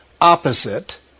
opposite